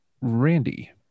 Randy